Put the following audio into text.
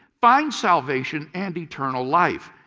find salvation and eternal life.